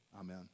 Amen